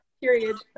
period